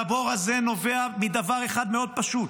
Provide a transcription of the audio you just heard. והבור הזה נובע מדבר אחד מאוד פשוט: